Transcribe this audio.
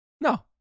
No